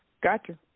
Gotcha